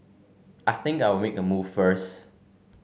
I think I'll make a move first